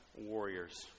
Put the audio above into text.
warriors